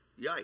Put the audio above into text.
yikes